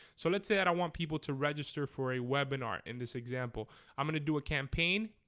so let's say. i don't want people to register for a webinar in this example i'm gonna do a campaign.